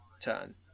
turn